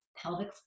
Pelvic